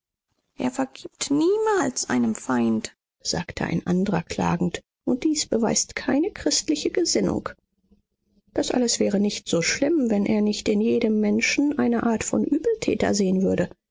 er vergibt niemals einem feind sagte ein andrer klagend und dies beweist keine christliche gesinnung das alles wäre nicht so schlimm wenn er nicht in jedem menschen eine art von übeltäter sehen würde